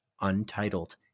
untitled